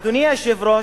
אדוני היושב-ראש,